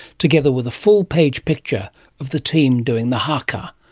together with a full page picture of the team doing the haka.